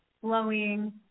flowing